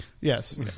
Yes